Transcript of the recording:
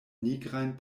nigrajn